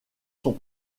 sont